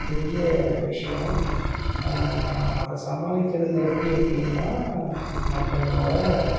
பெரிய விஷ்யம் அதை சமாளிக்கிறது எப்படி அப்படின்னா நம்மளோட